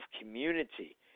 community